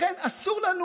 לכן אסור לנו,